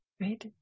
right